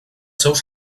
seus